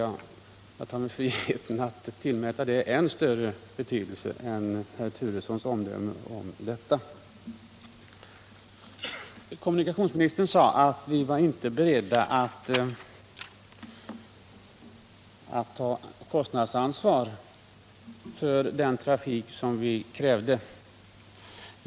Jag tar mig alltså friheten tillmäta deras omdöme om min SS vederhäftighet större betydelse än kommunikationsministerns omdöme i det fallet. Kommunikationsministern sade att vi inte var beredda att ta kostnadsansvar för den trafik som vi krävde.